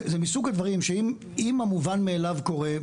זה מסוג הדברים שאם המובן מאליו קורה,